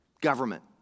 government